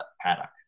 paddock